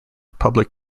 public